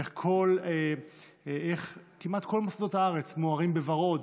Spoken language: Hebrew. איך כמעט כל מוסדות הארץ מוארים בוורוד,